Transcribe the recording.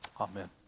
Amen